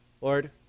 Lord